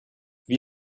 wie